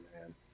man